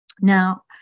Now